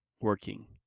working